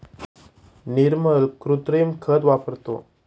निर्मल कृत्रिम खत वापरतो